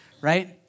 right